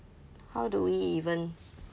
how do we even